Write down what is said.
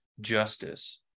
justice